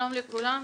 שלום לכולם,